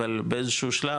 אבל באיזשהו שלב,